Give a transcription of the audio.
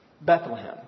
Bethlehem